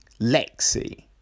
Lexi